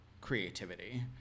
creativity